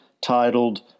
titled